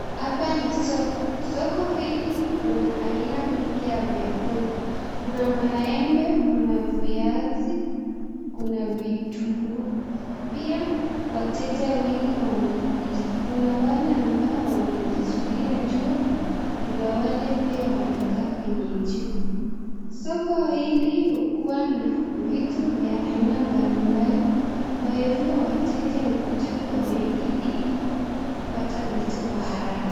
Hapa ni soko, soko hili kuna aina mingi ya vyakula; kuna maembe, kuna viazi kuna vitunguu. Pia wateja wengi wamekuja, kuna wale ambao wanajizuia jua, kuna wale pia wanaka kwenye jua. Soko hili hukua na vitu vya aina mbali mbali, kwa hivyo wateja hukuja kwa wingi ili kupata vitu kwa haraka.